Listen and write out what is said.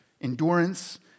Endurance